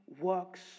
works